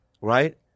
right